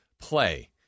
play